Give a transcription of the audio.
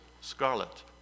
scarlet